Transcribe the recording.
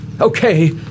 Okay